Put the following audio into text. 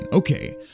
Okay